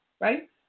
right